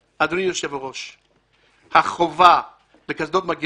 יש חובת חבישת קסדה למי